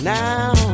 now